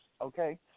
okay